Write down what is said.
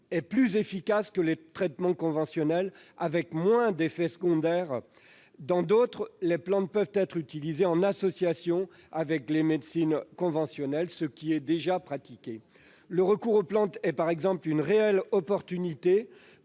est plus efficace que les traitements conventionnels, avec moins d'effets secondaires ; dans d'autres, les plantes peuvent être utilisées en association avec les médecines conventionnelles. En particulier, le recours aux plantes est une réelle opportunité